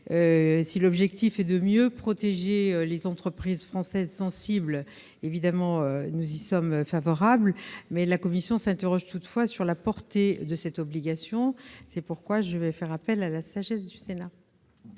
Si son objectif est de mieux protéger les entreprises françaises sensibles, évidemment, nous y sommes favorables. La commission spéciale s'interroge toutefois sur la portée de cette obligation. C'est pourquoi je m'en remets à la sagesse du Sénat